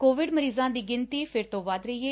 Covid ਮਰੀਜ਼ਾਂ ਦੀ ਗਿਣਤੀ ਫਿਰ ਤੋਂ ਵੱਧ ਰਹੀ ਐ